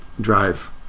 drive